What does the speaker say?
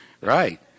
right